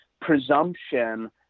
presumption